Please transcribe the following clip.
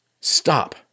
stop